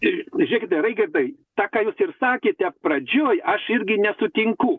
ir žiūrėkite reigardai tą ką jūs ir sakėte pradžioj aš irgi nesutinku